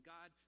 God